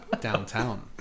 Downtown